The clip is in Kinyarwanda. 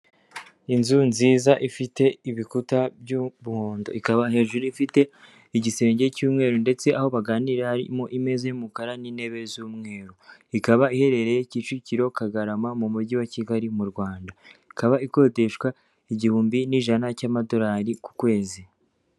Inzu nziza ifite ibikuta by'umuhondo, ikaba hejuru ifite igisenge cy'umweru ndetse aho baganirarira harimo imeze y'umukara n'intebe z'umweru, ikaba iherereye Kicukiro kagarama mu mujyi wa Kigali mu Rwanda, ikaba ikodeshwa igihumbi n'ijana cy'amadolari ku kwezi.